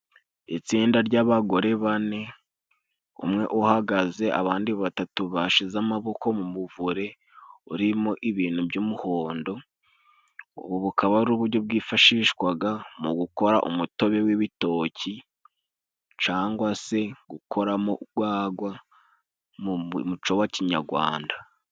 Itsinda ry'abagore bane, umwe uhagaze, abandi batatu bashize amaboko mu muvure urimo ibintu by'umuhondo. Ubu bukaba ari uburyo bwifashishwaga mu gukora umutobe w'ibitoki, cangwa se gukoramo ugwagwa mu muco wa kinyarwanda.